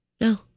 no